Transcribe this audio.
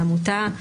והעמותה,